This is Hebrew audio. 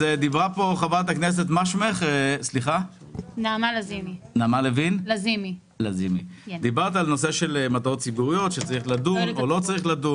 חברת הכנסת לזימי דיברה על הנושא של מטרות ציבוריות שצריך לדון או לא.